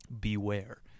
Beware